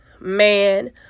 man